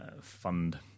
fund